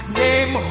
name